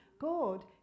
God